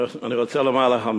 אני רוצה לומר לך,